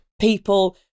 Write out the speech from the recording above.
people